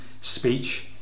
speech